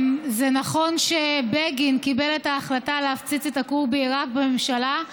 זה נכון שבגין קיבל את ההחלטה להפציץ את הכור בעיראק בממשלה,